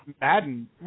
Madden